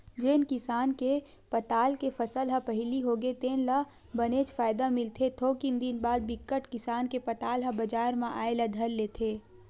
जेन किसान के पताल के फसल ह पहिली होगे तेन ल बनेच फायदा मिलथे थोकिन दिन बाद बिकट किसान के पताल ह बजार म आए ल धर लेथे